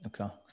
Okay